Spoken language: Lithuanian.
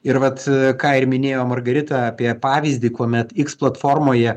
ir vat ką ir minėjo margarita apie pavyzdį kuomet iks platformoje